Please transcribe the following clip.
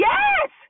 Yes